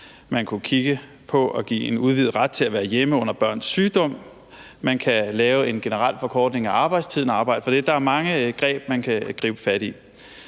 man kunne kigge på at give en udvidet ret til at være hjemme under børns sygdom; man kan lave en generel forkortelse af arbejdstiden og arbejde for det. Der er mange greb, man kan gribe fat i.